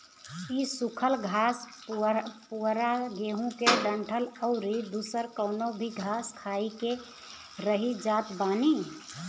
इ सुखल घास पुअरा गेंहू के डंठल अउरी दुसर कवनो भी घास खाई के रही जात बानी